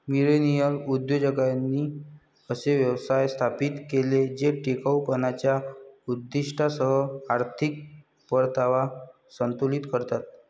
millennial उद्योजकांनी असे व्यवसाय स्थापित केले जे टिकाऊपणाच्या उद्दीष्टांसह आर्थिक परतावा संतुलित करतात